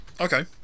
Okay